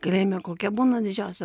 kalėjime kokia būna didžiausia